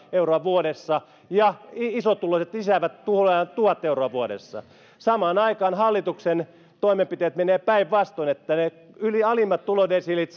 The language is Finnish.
euroa vuodessa ja isotuloiset lisäävät tulojaan tuhat euroa vuodessa samaan aikaan hallituksen toimenpiteet menevät päinvastoin niin että alimmat tulodesiilit